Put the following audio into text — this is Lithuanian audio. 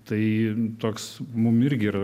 tai toks mum irgi ir